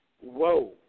whoa